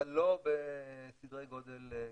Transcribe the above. אבל לא בסדרי גודל גדולים.